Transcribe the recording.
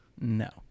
no